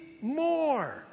more